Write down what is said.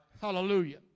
Hallelujah